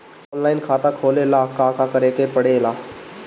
Online खाता खोले ला का का करे के पड़े ला?